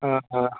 ಹಾಂ ಹಾಂ